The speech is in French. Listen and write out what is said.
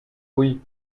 oui